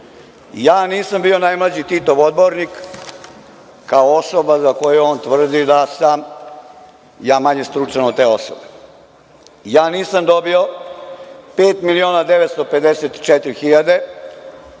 Ja nisam bio najmlađi Titov odbornik kao osoba za koju on tvrdi da sam ja manje stručan od te osobe. Ja nisam dobio 5.954.000